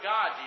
God